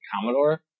Commodore